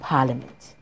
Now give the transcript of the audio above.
Parliament